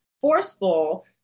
forceful